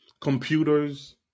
computers